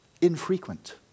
infrequent